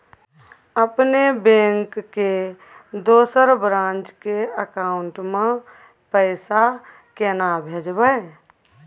अपने बैंक के दोसर ब्रांच के अकाउंट म पैसा केना भेजबै?